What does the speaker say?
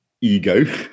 ego